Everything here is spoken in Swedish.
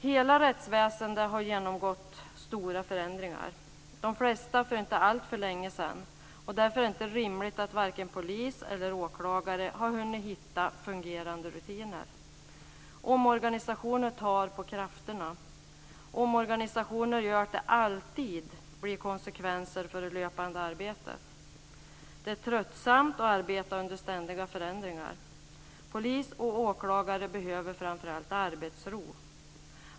Hela rättsväsendet har genomgått stora förändringar, de flesta för inte alltför länge sedan. Därför är det inte rimligt att polis eller åklagare skulle ha hunnit finna fungerande rutiner. Omorganisationer tar på krafterna och får alltid konsekvenser för det löpande arbetet. Det är tröttsamt att arbeta under ständiga förändringar. Polis och åklagare behöver framför allt arbetsro.